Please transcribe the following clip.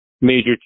Major